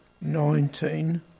nineteen